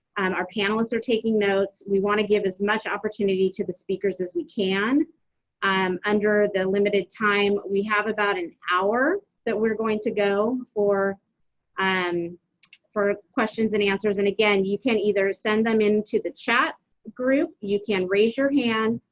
our panelists are taking notes, we wanna give as much opportunity to the speakers as we can um under the limited time, we have about an hour that we're going to go for um for questions and answers, and again, you can either send them into the chat group, you can raise your hand,